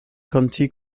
county